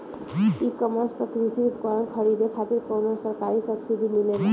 E commerce पर कृषी उपकरण खरीदे खातिर कउनो सरकारी सब्सीडी मिलेला?